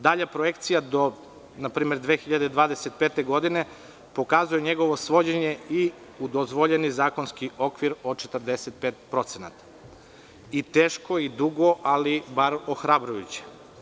Dalja projekcija do npr. 2025. godine pokazuje njegovo svođenje i u dozvoljeni zakonski okvir od 45% i teško i dugo, ali bar ohrabrujuće.